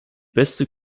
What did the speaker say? beste